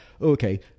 okay